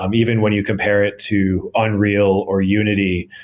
um even when you compare it to unreal or unity,